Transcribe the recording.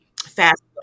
fast